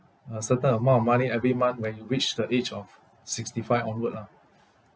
a certain amount of money every month when you reach the age of sixty five onward lah